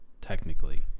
technically